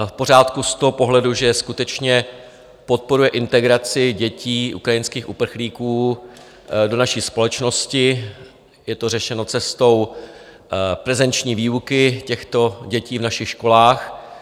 V pořádku z toho pohledu, že skutečně podporuje integraci dětí ukrajinských uprchlíků do naší společnosti, je to řešeno cestou prezenční výuky těchto dětí v našich školách.